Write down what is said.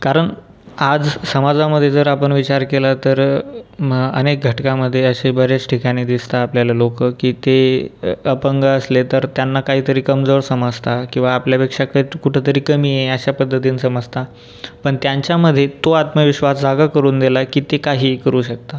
कारण आज समाजामध्ये जर आपण विचार केला तर अनेक घटकामध्ये असे बरेच ठिकाणी दिसतात आपल्याला लोक की ते अपंग असले तर त्यांना काहीतरी कमजोर समजतात किंवा आपल्यापेक्षा क कुठंतरी कमी आहे अशा पद्धतीचं समजतात पण त्यांच्यामध्ये तो आत्मविश्वास जागा करून दिला की ते काहीही करू शकतात